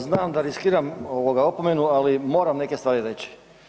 Znam da riskiram opomenu ali moram neke stvari reći.